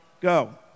go